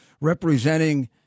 representing